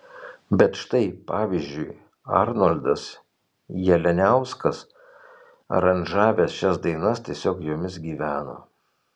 bet štai pavyzdžiui arnoldas jalianiauskas aranžavęs šias dainas tiesiog jomis gyveno